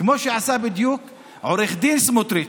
כמו שעשה בדיוק עו"ד סמוטריץ',